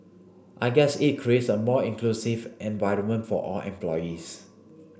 I guess it creates a more inclusive environment for all employees